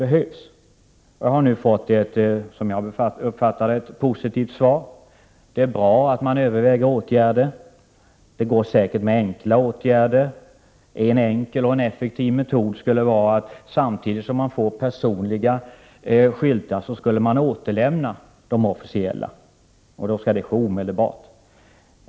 Jag har nu fått ett, som jag uppfattar det, positivt svar. Det är bra att man överväger åtgärder — det går säkert med enkla åtgärder. En enkel och effektiv metod skulle vara att man samtidigt som man får personliga skyltar återlämnar de officiella. Det skall då ske omedelbart.